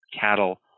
cattle